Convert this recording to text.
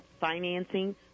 financing